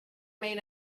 made